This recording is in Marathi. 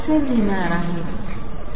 असे लिहिणार आहे